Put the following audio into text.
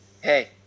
Hey